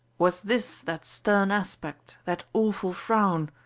was this that stern aspect, that awful frown,